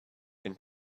and